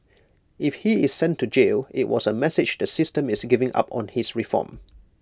if he is sent to jail IT was A message the system is giving up on his reform